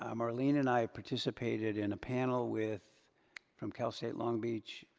um marlene and i participated in a panel with from cal state long beach,